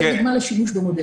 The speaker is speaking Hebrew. אז זו דוגמה לשימוש במודל.